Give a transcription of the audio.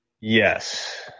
Yes